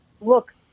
Look